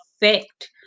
effect